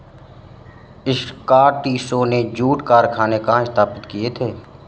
स्कॉटिशों ने जूट कारखाने कहाँ स्थापित किए थे?